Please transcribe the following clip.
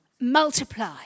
multiply